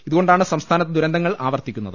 ഇതുകൊണ്ടാണ് സംസ്ഥാനത്ത് ദുരന്തങ്ങൾ ആവർത്തി ക്കുന്നത്